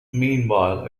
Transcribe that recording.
meanwhile